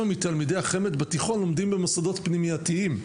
מתלמידי החמ"ד בתיכון לומדים במוסדות פנימייתיים,